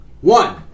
One